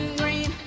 green